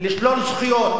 לשלול זכויות,